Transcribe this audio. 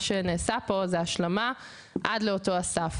מה שנעשה פה זו השלמה עד לאותו הסף,